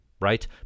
right